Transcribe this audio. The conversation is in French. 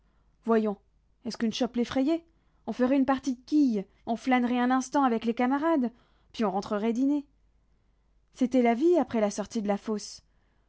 voyons est-ce qu'une chope l'effrayait on ferait une partie de quilles on flânerait un instant avec les camarades puis on rentrerait dîner c'était la vie après la sortie de la fosse